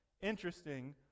Interesting